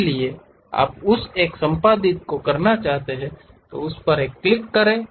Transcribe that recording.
इसलिए आप उस एक को संपादित करना चाहते हैं उस एक पर क्लिक करें